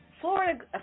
Florida